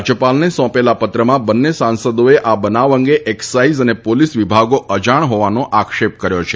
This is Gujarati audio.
રાજ્યપાલને સોંપેલા પત્રમાં બંને સાંસદોએ આ બનાવ અંગે એક્સાઇઝ અને પોલીસ વિભાગો અજાણ હોવાનો આક્ષેપ કર્યો છે